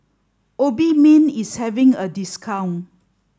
Obimin is having a discount